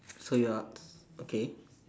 so you are okay